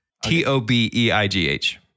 T-O-B-E-I-G-H